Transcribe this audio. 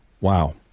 Wow